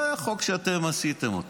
זה חוק שאתם עשיתם אותו,